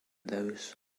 those